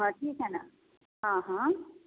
हा ठीक आहे ना हां हां